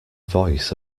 voice